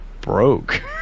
broke